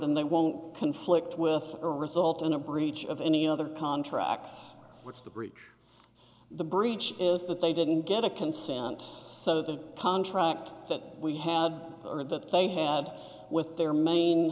and they won't conflict with or result in a breach of any other contracts which the breach the breach is that they didn't get a consent so the contract that we had or that they had with their main